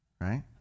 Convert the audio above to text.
right